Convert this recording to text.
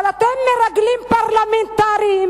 אבל אתם מרגלים פרלמנטריים.